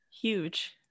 huge